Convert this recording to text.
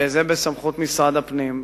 וזה בסמכות משרד הפנים.